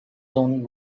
zoned